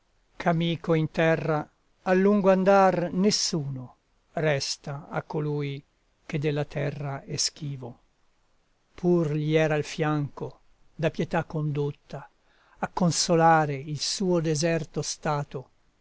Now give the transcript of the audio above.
ch'amico in terra al lungo andar nessuno resta a colui che della terra è schivo pur gli era al fianco da pietà condotta a consolare il suo deserto stato